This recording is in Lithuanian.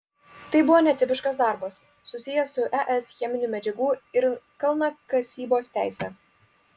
tai buvo netipiškas darbas susijęs su es cheminių medžiagų ir kalnakasybos teise